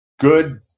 good